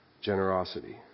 generosity